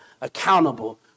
accountable